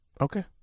Okay